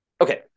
Okay